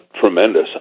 tremendous